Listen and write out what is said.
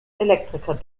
elektriker